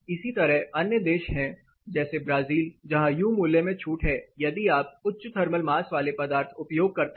इसी तरह अन्य देश है जैसे ब्राजील जहां यू मूल्य में छूट है यदि आप उच्च थर्मल मास वाले पदार्थ उपयोग करते हैं